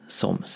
som